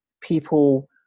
people –